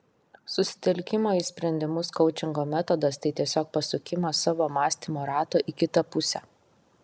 susitelkimo į sprendimus koučingo metodas tai tiesiog pasukimas savo mąstymo rato į kitą pusę